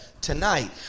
tonight